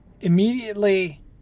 immediately